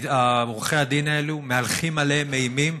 עורכי הדין האלה מהלכים עליהם אימים,